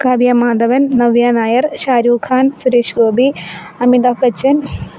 Kavya Madhavan Navya Nair Shahrukh Khan Suresh Gopi Amitabh Bachchan